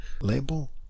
Label